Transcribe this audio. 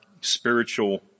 spiritual